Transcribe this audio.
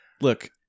look